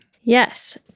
Yes